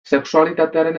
sexualitatearen